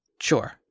Sure